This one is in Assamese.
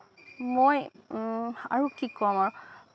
মই আৰু কি ক'ম আৰু